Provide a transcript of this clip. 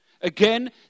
Again